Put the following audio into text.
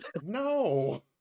No